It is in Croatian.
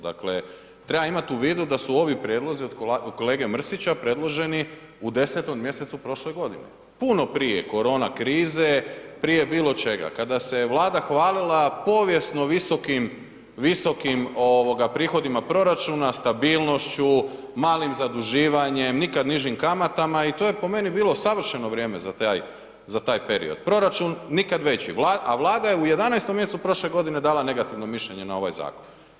Dakle, treba imati u vidu da su ovi prijedlozi od kolege Mrsića predloženi u 10. mjesecu prošle godine, puno prije korona krize, prije bilo čega, kada se je Vlada hvalila povijesno visokim, visokim ovoga prihodima proračuna, stabilnošću, malim zaduživanjem, nikad nižim kamatama i to je po meni bilo savršeno vrijeme za taj period, proračun nikad veći, a Vlada je u 11. mjesecu prošle godine dala negativno mišljenje na ovaj zakon.